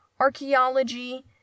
archaeology